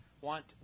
want